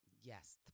Yes